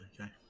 Okay